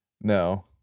No